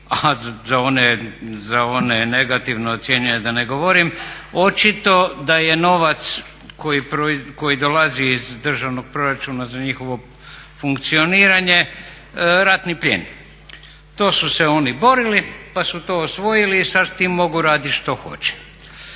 a za one negativno ocijenjene da ne govorim očito je da je novac koji dolazi iz državnog proračuna za njihovo funkcioniranje ratni plijen. To su se oni borili, pa su to osvojili i sad s tim mogu raditi što hoće.